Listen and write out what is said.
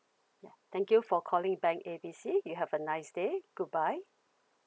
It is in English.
thank you for calling bank A B C you have a nice day goodbye